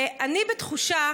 אני בתחושה,